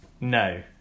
no